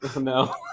No